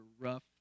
rough